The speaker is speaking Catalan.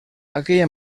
aquella